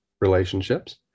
relationships